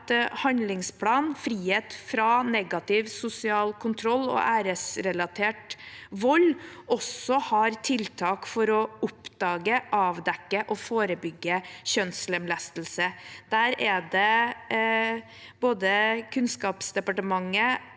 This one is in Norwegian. at handlingsplanen Frihet fra negativ sosial kontroll og æresrelatert vold også har tiltak for å oppdage, avdekke og forebygge kjønnslemlestelse. Både Kunnskapsdepartementet,